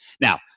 Now